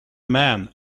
man